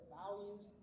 values